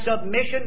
submission